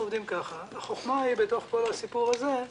החוכמה בתוך כל הסיפור הזה,